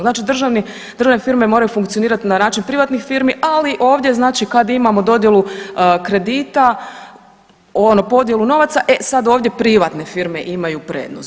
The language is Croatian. Znači državne firme moraju funkcionirati na način privatnih firmi, ali ovdje znači kada imamo dodjelu kredita podjelu novaca, e sad ovdje privatne firme imaju prednost.